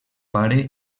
pare